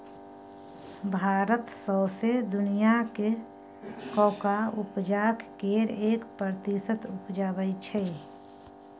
भारत सौंसे दुनियाँक कोकोआ उपजाक केर एक प्रतिशत उपजाबै छै